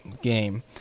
game